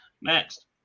Next